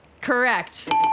Correct